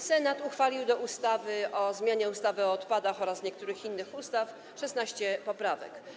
Senat uchwalił do ustawy o zmianie ustawy o odpadach oraz niektórych innych ustaw 16 poprawek.